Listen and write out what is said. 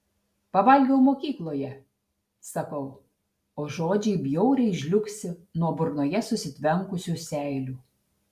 pavalgiau mokykloje sakau o žodžiai bjauriai žliugsi nuo burnoje susitvenkusių seilių